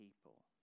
people